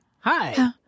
hi